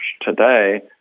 today